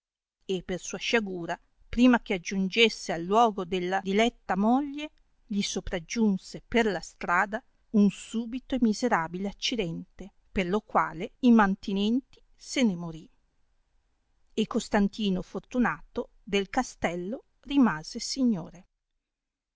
e per sua sciagura prima che aggiungesse al luogo della diletta moglie gli sopraggiunse per la strada un subito e miserabile accidente per lo quale immantinenti se ne morì e costantino fortunato del castello rimase signore